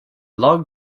long